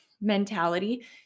mentality